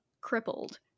crippled